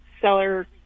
seller